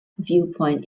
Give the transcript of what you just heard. viewpoint